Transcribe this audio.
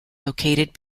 located